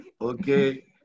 okay